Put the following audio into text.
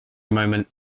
moment